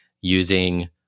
using